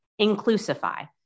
Inclusify